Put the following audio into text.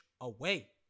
away